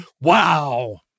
Wow